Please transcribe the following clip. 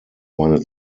meine